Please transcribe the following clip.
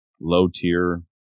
low-tier